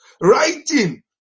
writing